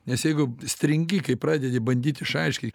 nes jeigu stringi kai pradedi bandyt išaiškinti